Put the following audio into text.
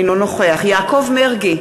אינו נוכח יעקב מרגי,